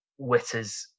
Witters